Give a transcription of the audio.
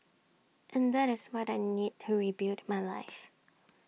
and that is what I need to rebuild my life